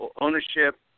ownership